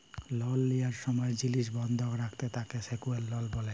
লল লিয়ার সময় জিলিস বন্ধক রাখলে তাকে সেক্যুরেড লল ব্যলে